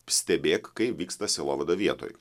stebėk kaip vyksta sielovada vietoj